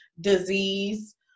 disease